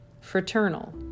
fraternal